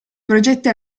progetti